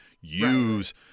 use